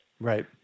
Right